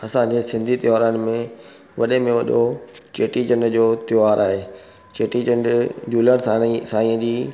असांजे सिंधी त्योहारनि में वॾे में वॾो चेटी चंड जो त्योहारु आहे चेटी चंड झूला साईं जी